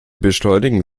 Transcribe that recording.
beschleunigen